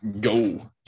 Go